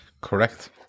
correct